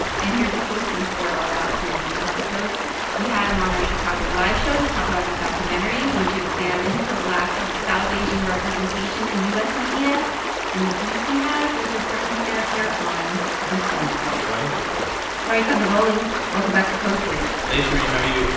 and here's a clue since we're all about clues in this episode we had them on our chicago live show to talk about his documentary which examines the lack of south asian representation in u s. media and the beef he has with a certain character on the simpsons. oh, i know this one hari kondabolu, welcome back to code switch hey, shereen. how are you?